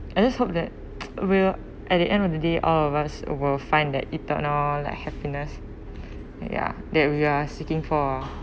I just hope that will at the end of the day all of us will find that eternal like happiness ya that we are seeking for